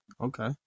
okay